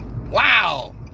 Wow